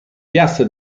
piazza